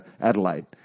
Adelaide